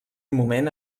moment